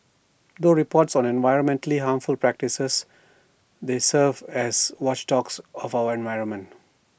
through reports on environmentally harmful practices they serve as watchdogs of our environment